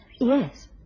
Yes